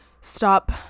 stop